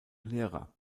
lehrer